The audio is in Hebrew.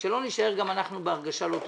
כדי שלא נישאר גם אנחנו בהרגשה לא טובה.